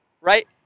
Right